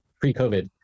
pre-COVID